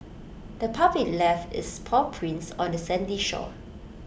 the puppy left its paw prints on the sandy shore